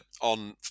on